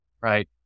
Right